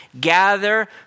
gather